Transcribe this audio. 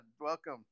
Welcome